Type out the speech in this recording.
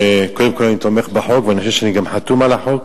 אני תומך בחוק ואני חושב שאני גם חתום על החוק.